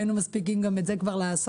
היינו מספיקים גם את זה כבר לעשות,